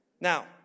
Now